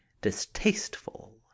distasteful